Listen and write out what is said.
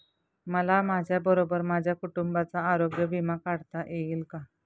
मला माझ्याबरोबर माझ्या कुटुंबाचा आरोग्य विमा काढता येईल का?